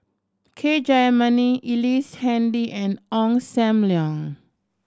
K Jayamani Ellice Handy and Ong Sam Leong